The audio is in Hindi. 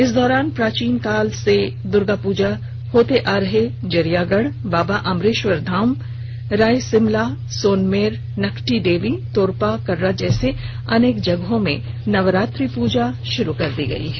इस दौरान प्राचीन काल से दुर्गापूजा होते आ रहे जरियागढ़ बाबा आम्रेश्वर धाम रायसिमला सोनमेर नकटीदेवी तोरपा कर्रा जैसी अनेक जगहों में नवरात्रि पृजा प्रारम्भ हो गई है